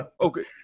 Okay